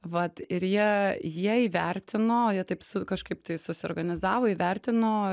vat ir jie jie įvertino jie taip su kažkaip tai susiorganizavo įvertino